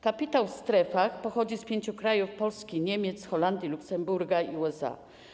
Kapitał w strefach pochodzi z pięciu krajów: Polski, Niemiec, Holandii, Luksemburga i USA.